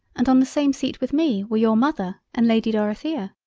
and on the same seat with me were your mother and lady dorothea.